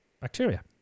bacteria